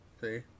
See